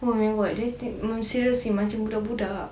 oh my god dia seriously macam udak-budak